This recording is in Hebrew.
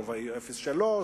רובאי 03,